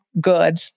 good